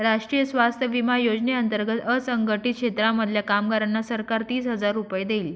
राष्ट्रीय स्वास्थ्य विमा योजने अंतर्गत असंघटित क्षेत्रांमधल्या कामगारांना सरकार तीस हजार रुपये देईल